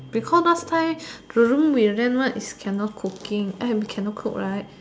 because last time the room we rent one is cannot cooking I have cannot cook right